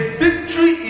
victory